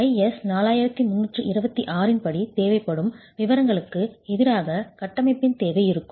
IS 4326 இன் படி தேவைப்படும் விவரங்களுக்கு எதிராக கட்டமைப்பின் தேவை இருக்கும்